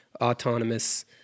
autonomous